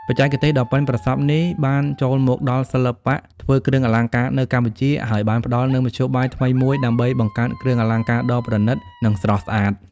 បច្ចេកទេសដ៏ប៉ិនប្រសប់នេះបានចូលមកដល់សិល្បៈធ្វើគ្រឿងអលង្ការនៅកម្ពុជា ហើយបានផ្តល់នូវមធ្យោបាយថ្មីមួយដើម្បីបង្កើតគ្រឿងអលង្ការដ៏ប្រណិត និងស្រស់ស្អាត។